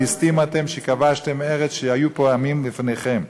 ליסטים שכבשתם ארץ שהיו בה עמים לפניכם.